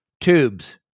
tubes